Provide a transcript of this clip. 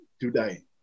today